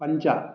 पञ्च